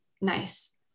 nice